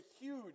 huge